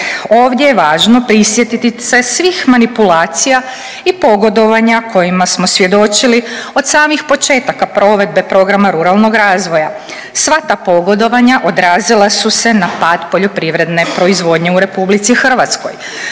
Ovdje je važno prisjetiti se svih manipulacija i pogodovanja kojima smo svjedočili od samih početaka provedbe programa ruralnog razvoja. Sva ta pogodovanja odrazila su se na pad poljoprivredne proizvodnje u RH, pa se